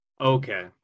Okay